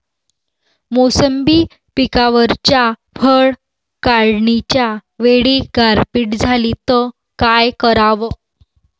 मोसंबी पिकावरच्या फळं काढनीच्या वेळी गारपीट झाली त काय कराव?